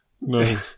No